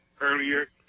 earlier